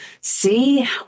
See